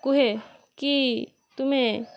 କୁହେ କି ତୁମେ